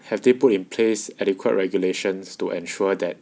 have they put in place adequate regulations to ensure that